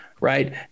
Right